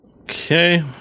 Okay